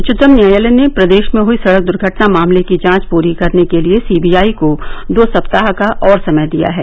उच्चतम न्यायालय ने प्रदेश में हुई सड़क दुर्घटना मामले की जांच पूरी करने के लिए सीबीआई को दो सप्ताह का और समय दिया है